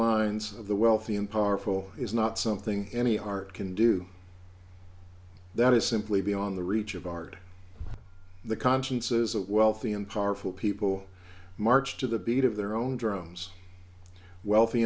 minds of the wealthy and powerful is not something any art can do that is simply beyond the reach of art the consciences of wealthy and powerful people march to the beat of their own drums wealthy